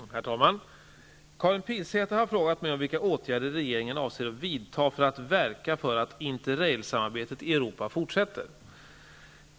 Herr talman! Karin Pilsäter har frågat mig om vilka åtgärder regeringen avser att vidtaga för att verka för att interrailsamarbetet i Europa fortsätter.